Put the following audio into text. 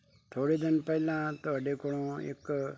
ਥੋੜ੍ਹੇ ਦਿਨ ਪਹਿਲਾਂ ਤੁਹਾਡੇ ਕੋਲੋਂ ਇੱਕ